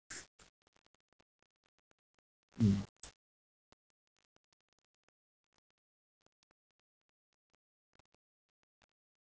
mm